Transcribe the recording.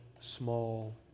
small